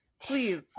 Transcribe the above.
Please